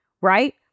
right